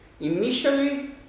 Initially